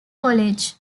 college